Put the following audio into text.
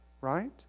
right